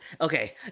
okay